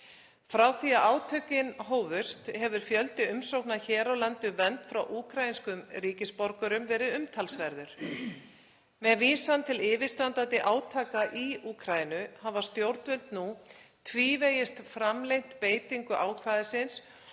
Frá því að átökin hófust hefur fjöldi umsókna hér á landi um vernd frá úkraínskum ríkisborgurum verið umtalsverður. Með vísan til yfirstandandi átaka í Úkraínu hafa stjórnvöld nú tvívegis framlengt beitingu ákvæðisins